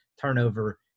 turnover